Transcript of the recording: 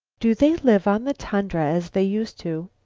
do they live on the tundra as they used to?